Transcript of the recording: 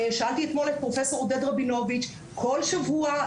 שאלתי אתמול את פרופ' עודד רבינוביץ', כל שבוע?